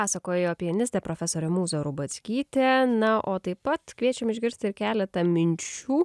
pasakojo pianistė profesorė mūza rubackytė na o taip pat kviečiam išgirst ir keletą minčių